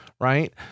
right